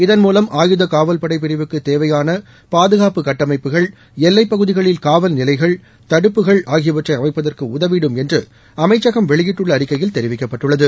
இதன் மூலம் ஆயுத காவல் படை பிரிவுக்கு தேவையான பாதுகாப்பு கட்டமைப்புகள் எல்லை பகுதிகளில் காவல் நிலைகள் தடுப்புகள் ஆகியவற்றை அமைப்பதற்கு உதவிடும் என்று அமைச்சகம் வெளியிட்டுள்ள அறிக்கையில் தெரிவிக்கப்பட்டுள்ளது